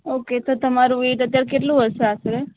okay તો તમારું weight અત્યારે કેટલું હશે આશરે